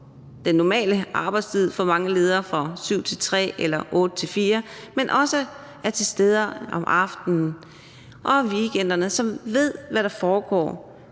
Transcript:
den normale arbejdstid, som for mange lederes vedkommende er 7-15 eller 8-16, men også er til stede om aftenen og i weekenderne, og som ved, hvad der foregår